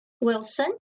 Wilson